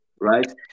right